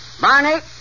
Barney